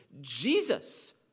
Jesus